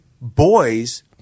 boys